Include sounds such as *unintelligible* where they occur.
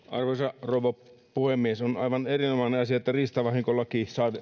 *unintelligible* arvoisa rouva puhemies on aivan erinomainen asia että riistavahinkolaki